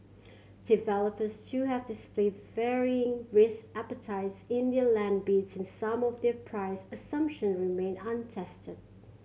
developers too have displayed varying risk appetites in their land bids and some of their price assumption remain untested